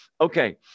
Okay